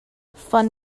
fun